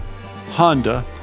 Honda